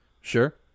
Sure